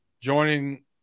joining